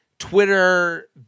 Twitter